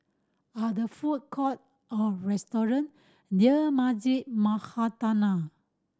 are there food court or restaurant near Masjid